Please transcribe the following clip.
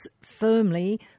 firmly